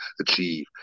achieve